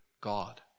God